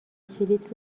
کلید